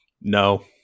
no